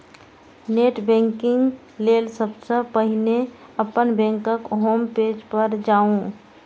net banking लेल सबसं पहिने अपन बैंकक होम पेज पर जाउ